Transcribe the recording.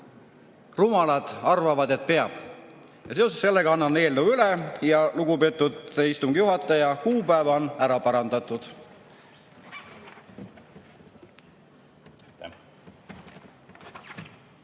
rumalad arvavad, et peab. Seoses sellega annan eelnõu üle. Ja lugupeetud istungi juhataja, kuupäev on ära parandatud.